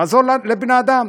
לעזור לבני-אדם.